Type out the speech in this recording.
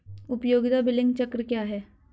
उपयोगिता बिलिंग चक्र क्या है?